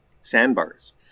sandbars